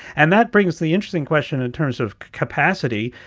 and that brings the interesting question in terms of capacity.